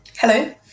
Hello